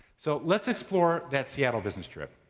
so let's explore that seattle business trip.